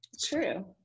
true